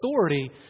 authority